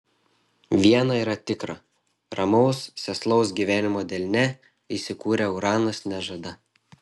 viena yra tikra ramaus sėslaus gyvenimo delne įsikūrę uranas nežada